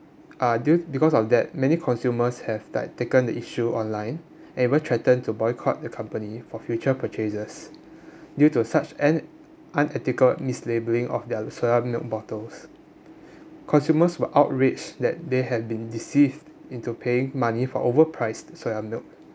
uh due because of that many consumers have like taken the issue online and even threatened to boycott the company for future purchases due to such an unethical mislabeling of their soya milk bottles consumers were outraged that they had been deceived into paying money for overpriced soya milk